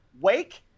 wake